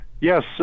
Yes